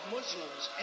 Muslims